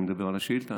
אני מדבר על השאילתה.